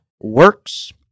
works